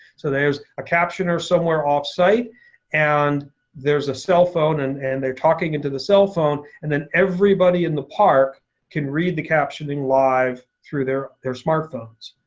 so there's a captioner somewhere off site and there's a cell phone and and they're talking into the cell phone. and then everybody in the park can read the captioning live through their smartphones.